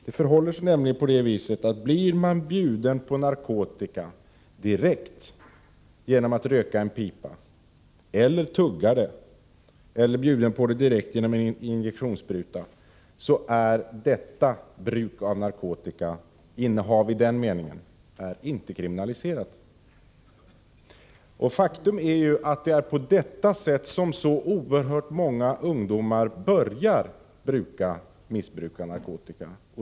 Det förhåller sig nämligen på det viset att blir man bjuden på narkotika direkt — genom att röka en pipa, genom att tugga det eller genom att få det med en injektionsspruta — är innehavet i denna mening inte kriminaliserat. Faktum är att det är på detta sätt som så oerhört många ungdomar börjar missbruka narkotika.